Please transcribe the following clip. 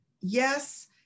Yes